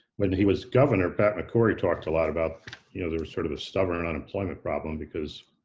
when he was governor, pat mccrory talked a lot about you know there was sort of a stubborn unemployment problem because